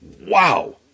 Wow